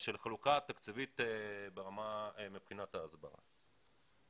של החלוקה התקציבית מבחינת ההסברה.